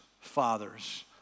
fathers